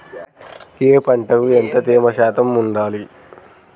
ఏ పంటకు ఎంత తేమ శాతం ఉండాలి?